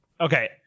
Okay